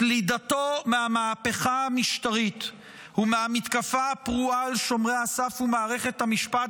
סלידתו מהמהפכה המשטרית ומהמתקפה הפרועה על שומרי הסף ומערכת המשפט